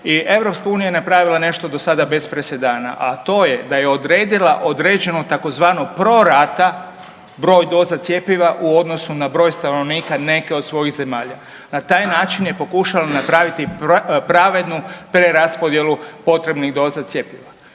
nabavi i EU je napravila nešto do sada bez presedana, a to je da je odredila određenu tzv. prorata broj doza cjepiva u odnosu na broj stanovnika neke od svojih zemalja. Na taj način je pokušala napraviti pravednu preraspodjelu potrebnih doza cjepiva.